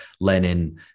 Lenin